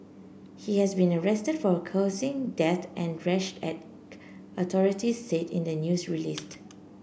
he has been arrested for causing death and rash act authorities said in a news release